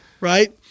right